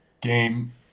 Game